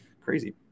Crazy